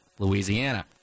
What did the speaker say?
Louisiana